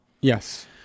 Yes